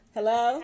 Hello